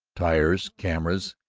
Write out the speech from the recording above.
tires, cameras,